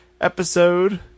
episode